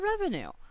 revenue